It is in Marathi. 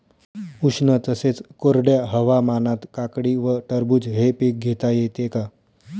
उष्ण तसेच कोरड्या हवामानात काकडी व टरबूज हे पीक घेता येते का?